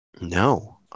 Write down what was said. No